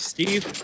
Steve